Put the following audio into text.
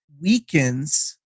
weakens